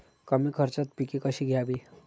कमी खर्चात पिके कशी घ्यावी?